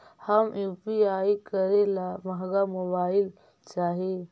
हम यु.पी.आई करे ला महंगा मोबाईल चाही?